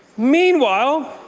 meanwhile,